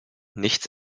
nichts